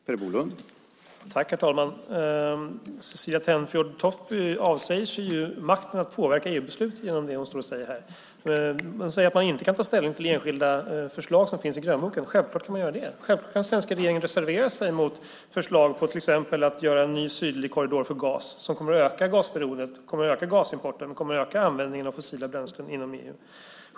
Herr talman! Cecilie Tenfjord-Toftby avsäger sig makten att påverka EU-beslutet genom det som hon står och säger här. Hon säger att man inte kan ta ställning till enskilda förslag som finns i grönboken. Självklart kan man göra det. Självklart kan den svenska regeringen reservera sig mot förslag om att till exempel göra en ny sydlig korridor för gas som kommer att öka gasberoendet, gasimporten och användningen av fossila bränslen inom EU.